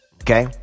Okay